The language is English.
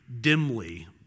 dimly